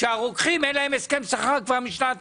למציאות שבה לרוקחים אין הסכם שכר משנת